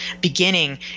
beginning